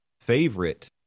favorite